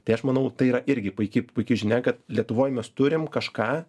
tai aš manau tai yra irgi puiki puiki žinia kad lietuvoj mes turim kažką